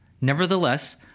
Nevertheless